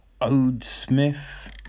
Ode-Smith